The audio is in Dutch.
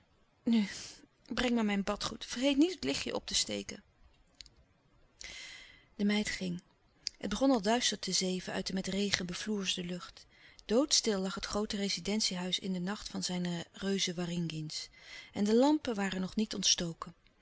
nu breng maar mijn badgoed vergeet niet het lichtje op te steken de meid ging het begon al duister te zeven uit de met regen befloersde lucht doodstil lag het groote rezidentie-huis in den nacht van zijn reuze waringins en de lampen waren nog niet ontstoken